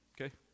Okay